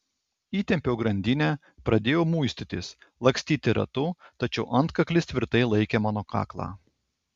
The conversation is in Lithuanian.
įtempiau grandinę pradėjau muistytis lakstyti ratu tačiau antkaklis tvirtai laikė mano kaklą